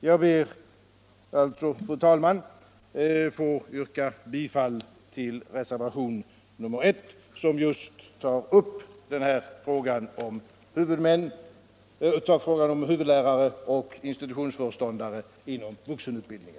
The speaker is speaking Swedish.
Jag ber alltså, fru talman, att få yrka bifall till reservationen 1, som just tar upp frågan om huvudlärare och institutionsföreståndare inom vuxenutbildningen.